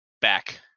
back